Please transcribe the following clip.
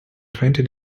twenty